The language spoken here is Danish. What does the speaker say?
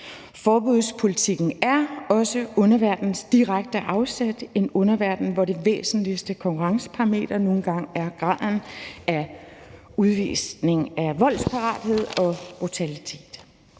Forbudspolitikken er også det, underverdenen tager direkte afsæt i, en underverden, hvor det væsentligste konkurrenceparameter nu engang er graden af udvisning af voldsparathed og brutalitet.